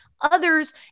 others